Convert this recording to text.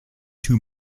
two